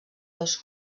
dos